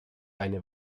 eine